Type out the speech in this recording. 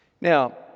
Now